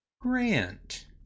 Grant